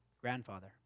grandfather